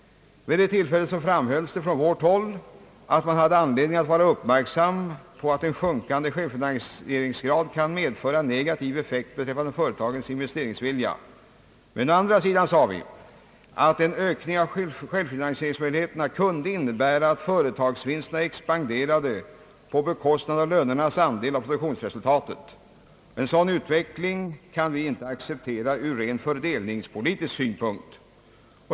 Vid det tillfället framhölls det från vårt håll att man hade änledning vara uppmärksam på att en sjunkande självfinansieringsgrad kan medföra en negativ effekt beträffande företagens investeringsvilja. Men å andra sidan sade vi, att en ökning av självfinansieringsmöjligheterna kunde innebära att företagsvinsterna expanderade på bekostnad av lönernas andel av produktionsresultatet. En sådan utveckling kan vi inte acceptera ur ren fördelningspolitisk synpunkt.